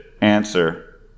answer